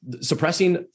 suppressing